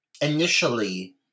initially